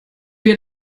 wir